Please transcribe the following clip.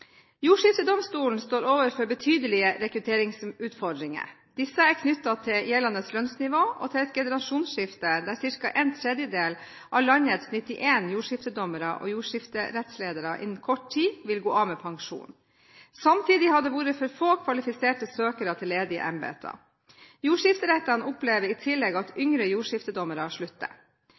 Jordskiftedomstolen står overfor betydelige rekrutteringsutfordringer. Disse er knyttet til gjeldende lønnsnivå og til et generasjonsskifte, der ca. en tredjedel av landets 91 jordskiftedommere og jordskifterettsledere innen kort tid vil gå av med pensjon. Samtidig har det vært for få kvalifiserte søkere til ledige embeter. Jordskifterettene opplever i tillegg at yngre jordskiftedommere